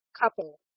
couple